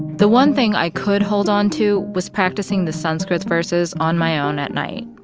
the one thing i could hold on to was practicing the sanskrit verses on my own at night.